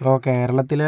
ഇപ്പോൾ കേരളത്തിൽ